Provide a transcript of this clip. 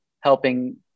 helping